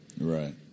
Right